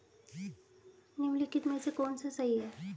निम्नलिखित में से कौन सा सही है?